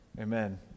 Amen